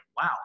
wow